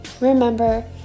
Remember